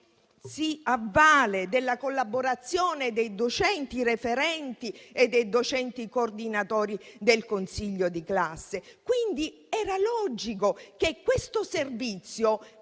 si avvale della collaborazione dei docenti referenti e dei docenti coordinatori del consiglio di classe. Quindi, era logico che questo servizio